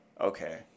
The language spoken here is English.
okay